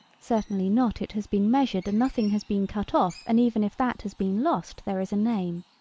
certainly not it has been measured and nothing has been cut off and even if that has been lost there is a name,